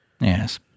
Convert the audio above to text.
Yes